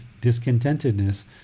discontentedness